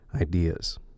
ideas